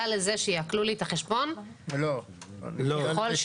לזה שיעקלו לי את החשבון --- רק זה